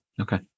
Okay